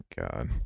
God